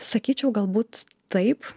sakyčiau galbūt taip